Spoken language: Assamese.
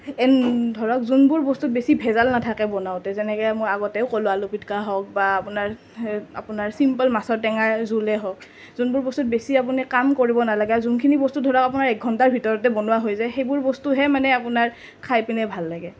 ধৰক যোনবোৰ বস্তু বেছি ভেজাল নাথাকে বনাওঁতে যেনেকৈ মই আগতেও ক'লোঁ আলু পিটিকা হওঁক বা আপোনাৰ আপোনাৰ ছিম্পল মাছৰ টেঙা জোলেই হওক যোনবোৰ বস্তুত বেছি আপুনি কাম কৰিব নালাগে আৰু যোনখিনি বস্তু ধৰক আমাৰ এক ঘণ্টাৰ ভিতৰত বনোৱা হৈ যায় সেইবোৰ বস্তুহে মানে আপোনাৰ খায় পেনাই ভাল লাগে